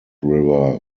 river